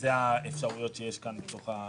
אלה האפשרויות שיש כאן בתוך הסעיף.